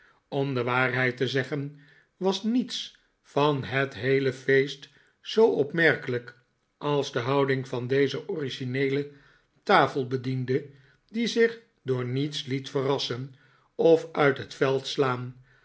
om de waarheid te zeggen was niets van het heele feest zoo opmerkelijk als de houding van dezen origineelen tafelbediende die zich door niets liet verrassen of uit het veld slaan